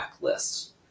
lists